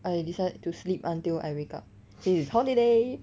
I decide to sleep until I wake up this is holiday